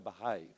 behave